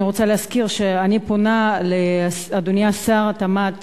אני רוצה להזכיר שאני פונה לאדוני שר התמ"ת